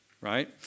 right